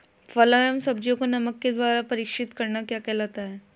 फलों व सब्जियों को नमक के द्वारा परीक्षित करना क्या कहलाता है?